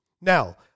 Now